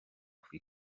faoi